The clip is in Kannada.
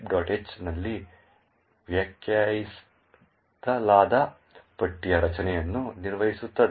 h ನಲ್ಲಿ ವ್ಯಾಖ್ಯಾನಿಸಲಾದ ಪಟ್ಟಿಯ ರಚನೆಯನ್ನು ವಿವರಿಸುತ್ತದೆ